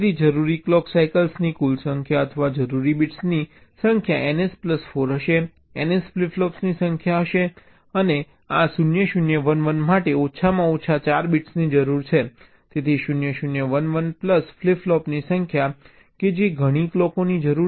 તેથી જરૂરી ક્લોક સાયકલની કુલ સંખ્યા અથવા જરૂરી બિટ્સની સંખ્યા ns પ્લસ 4 હશે ns ફ્લિપ ફ્લોપની સંખ્યા હશે અને આ 0 0 1 1 માટે ઓછામાં ઓછા 4 બિટ્સ જરૂરી છે તેથી 0 0 1 1 પ્લસ ફ્લિપ ફ્લોપની સંખ્યા કે જે ઘણી ક્લોકોની જરૂર છે